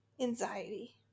Anxiety